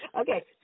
Okay